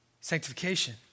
sanctification